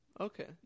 Okay